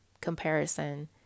comparison